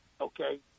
okay